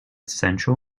central